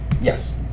yes